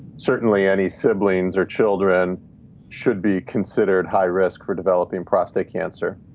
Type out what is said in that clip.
certainly any siblings or children should be considered high risk for developing prostate cancer.